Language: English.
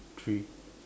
three